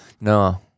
No